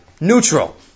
Neutral